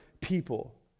people